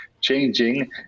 changing